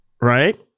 Right